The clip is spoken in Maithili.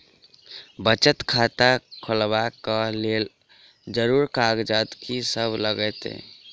बचत खाता खोलाबै कऽ लेल जरूरी कागजात की सब लगतइ?